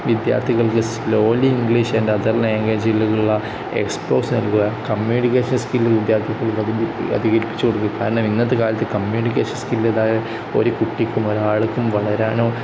വിദ്യാർത്ഥികൾക്ക് slowly English and other ലാംഗ്വേജിലുള്ള exposure നല്കുക കമ്മ്യൂണിക്കേഷൻ സ്കില് വിദ്യാർത്ഥികൾക്ക് അധികരിപ്പിച്ച് കൊടുക്കുക കാരണം ഇന്നത്തെക്കാലത്ത് കമ്മ്യൂണിക്കേഷൻ സ്കില്ലില്ലാതെ ഒരു കുട്ടിക്കും ഒരാൾക്കും വളരാനോ